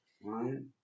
One